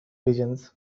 pigeons